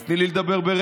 אז תני לי לדבר ברצף.